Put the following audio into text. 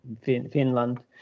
Finland